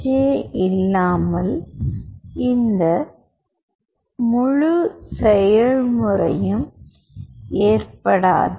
J இல்லாமல் இந்த முழு செயல்முறையும் ஏற்படாது